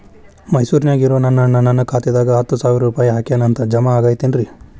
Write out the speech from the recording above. ಮೈಸೂರ್ ನ್ಯಾಗ್ ಇರೋ ನನ್ನ ಅಣ್ಣ ನನ್ನ ಖಾತೆದಾಗ್ ಹತ್ತು ಸಾವಿರ ರೂಪಾಯಿ ಹಾಕ್ಯಾನ್ ಅಂತ, ಜಮಾ ಆಗೈತೇನ್ರೇ?